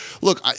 Look